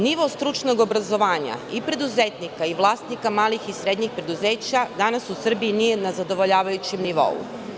Nivo stručnog obrazovanja i preduzetnika i vlasnika malih i srednjih preduzeća danas u Srbiji nije na zadovoljavajućem nivou.